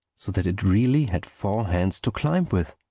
so that it really had four hands to climb with.